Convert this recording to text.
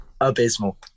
abysmal